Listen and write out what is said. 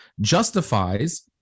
justifies